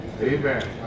Amen